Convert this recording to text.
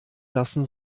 lassen